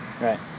Right